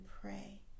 pray